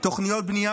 תוכניות בנייה